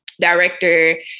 director